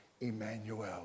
Emmanuel